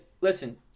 listen